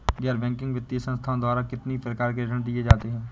गैर बैंकिंग वित्तीय संस्थाओं द्वारा कितनी प्रकार के ऋण दिए जाते हैं?